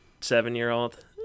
seven-year-old